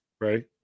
Right